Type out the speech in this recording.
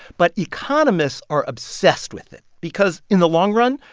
but economists are obsessed with it because in the long run,